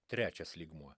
trečias lygmuo